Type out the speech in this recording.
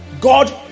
God